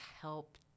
help